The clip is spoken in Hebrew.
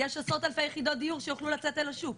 יש אלפי יחידות דיור שיוכלו לצאת אל השוק,